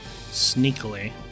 Sneakily